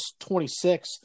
26